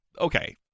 okay